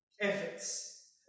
efforts